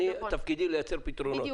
תפקידי לייצר פתרונות.